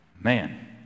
Man